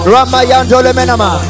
Ramayandolemenama